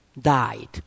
died